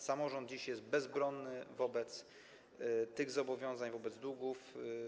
Samorząd dziś jest bezbronny wobec tych zobowiązań, wobec długów.